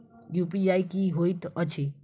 UPI की होइत अछि